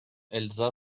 elsa